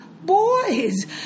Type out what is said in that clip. boys